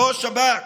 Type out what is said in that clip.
לא השב"כ.